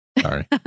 Sorry